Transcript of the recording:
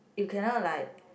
you cannot like